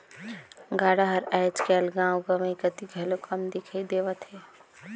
गाड़ा हर आएज काएल गाँव गंवई कती घलो कम दिखई देवत हे